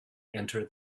enter